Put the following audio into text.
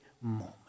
moment